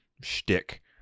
shtick